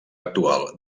actual